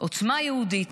עוצמה יהודית.